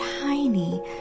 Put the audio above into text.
tiny